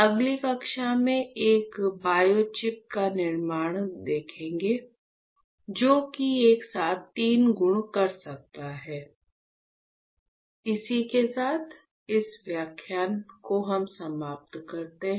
अगली कक्षा में एक बायोचिप के निर्माण को देखेंगे जो एक साथ तीन गुण कर सकता है